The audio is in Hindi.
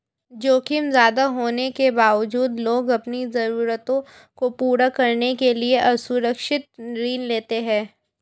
जोखिम ज्यादा होने के बावजूद लोग अपनी जरूरतों को पूरा करने के लिए असुरक्षित ऋण लेते हैं